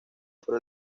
por